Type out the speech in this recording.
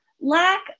lack